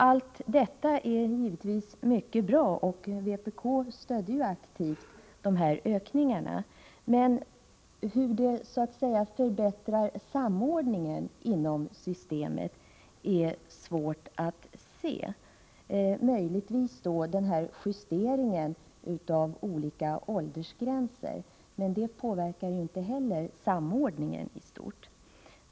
Allt detta är givetvis mycket bra, och vpk stödde aktivt de här ökningarna, men hur de förbättrar samordningen inom systemet är svårt att se. Möjligtvis har justeringen av olika åldersgränser med detta att göra, men det påverkar inte heller samordningen istort.